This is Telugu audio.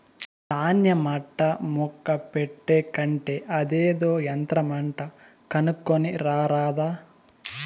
దాన్య మట్టా ముక్క పెట్టే కంటే అదేదో యంత్రమంట కొనుక్కోని రారాదా